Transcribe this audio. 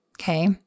Okay